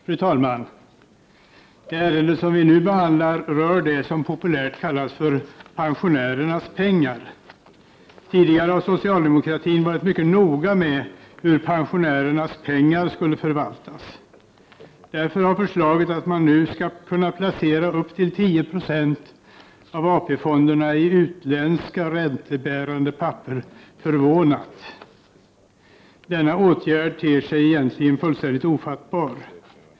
Fru talman! Det ärende som vi behandlar nu rör det som populärt kallas ”pensionärernas pengar”. Tidigare har socialdemokratin varit mycket noga med hur pensionärernas pengar skulle förvaltas. Därför har förslaget att man nu skall kunna placera upp till 10 26 av AP-fondernas medel i utländska räntebärande papper förvånat. Denna åtgärd ter sig egentligen fullständigt ofattbar.